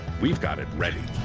we've got it ready.